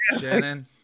Shannon